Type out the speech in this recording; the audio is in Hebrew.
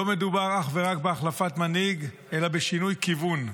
לא מדובר אך ורק בהחלפת מנהיג אלא בשינוי כיוון.